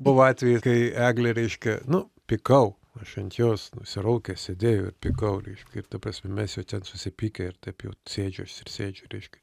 buvo atveji kai eglė reiškia nu pykau aš ant jos nusiraukęs sėdėjau ir pykau reikškia ir ta prasme mes jau ten susipykę ir taip jau sėdžiu aš ir sėdžiu reiškia